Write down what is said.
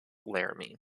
laramie